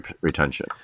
retention